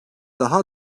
daha